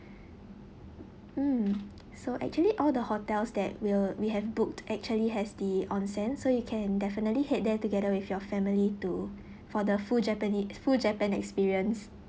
mm so actually all the hotels that we'll we have booked actually has the onsen so you can definitely head there together with your family to for the full japane~ full japan experience